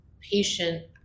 patient